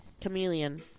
Chameleon